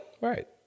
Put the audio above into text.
Right